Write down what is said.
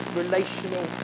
relational